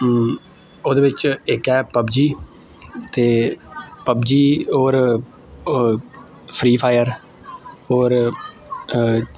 ओह्दे बिच्च इक ऐ पबजी ते पबजी होर फ्री फायर होर